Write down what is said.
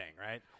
right